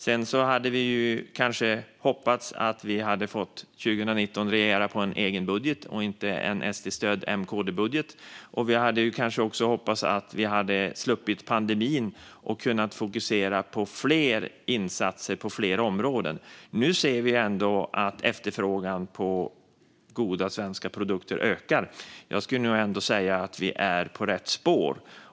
Sedan hade vi hoppats att vi 2019 hade fått regera med en egen budget och inte med en SD-stödd M-KD-budget. Vi hade också hoppats att vi hade sluppit pandemin och kunnat fokusera på fler insatser på flera områden. Nu ser vi att efterfrågan på goda svenska produkter ökar, så jag skulle nog ändå säga att vi är på rätt spår.